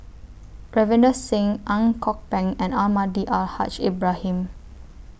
Ravinder Singh Ang Kok Peng and Almahdi Al Haj Ibrahim